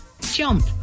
Jump